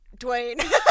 Dwayne